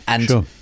Sure